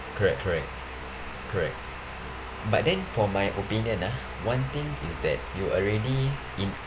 correct correct correct but then for my opinion ah one thing is that you already in